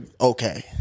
okay